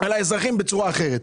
בצורה אחרת.